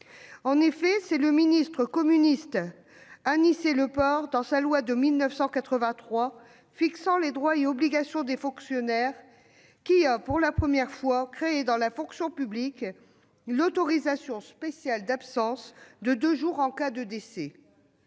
En effet, c'est le ministre communiste Anicet Le Pors, dans sa loi de 1983 portant droits et obligations des fonctionnaires, qui a, pour la première fois, créé, dans la fonction publique, une autorisation spéciale d'absence de deux jours en cas de décès.